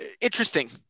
interesting